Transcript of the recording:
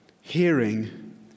hearing